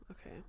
okay